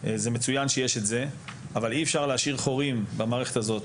זה מצוין שיש את זה אבל אי אפשר להשאיר חורים במערכת הזאת,